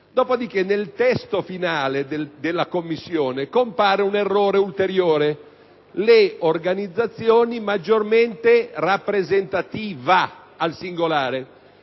Dopo di che, nel testo finale della Commissione, compare un errore ulteriore: «le Organizzazioni maggiormente rappresentativa», al singolare.